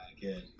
good